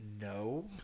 no